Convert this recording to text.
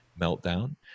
meltdown